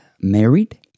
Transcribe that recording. married